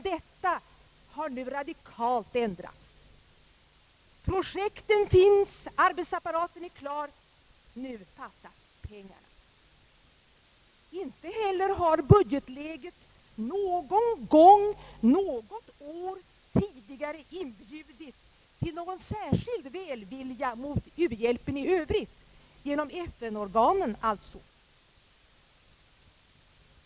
Detta har nu radikalt ändrats. Projekten finns, arbetsapparaten är klar, nu fattas pengarna. Inte heller har budgetläget någon gång något år tidigare inbjudit till någon särskild välvilja mot u-hjälpen i övrigt, d. v. s. genom FN-organen.